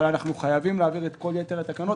אבל אנחנו חייבים להעביר את כל יתר התקנות